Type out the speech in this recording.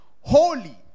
Holy